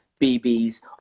BB's